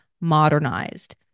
modernized